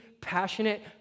passionate